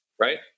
right